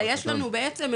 אלא יש לנו בעצם,